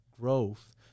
growth